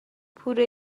پوره